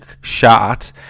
shot